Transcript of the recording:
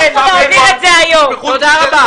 2. זה נושא של חוק עידוד השקעות הון.